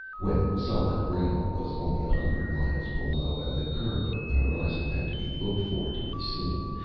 when solid ground was only a hundred miles below and the curve of the horizon had to be looked for to be seen,